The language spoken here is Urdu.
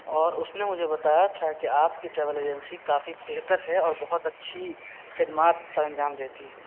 اور اس نے مجھے بتایا تھا کہ آپ کی ٹریول ایجنسی کافی بہتر ہے اور بہت اچھی خدمات سر انجام دیتی ہے